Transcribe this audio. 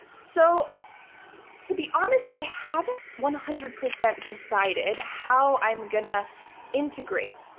so to be honest, i haven't one hundred percent decided how i'm going to integrate